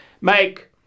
make